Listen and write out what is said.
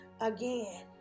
again